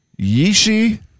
Yishi